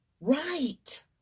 Right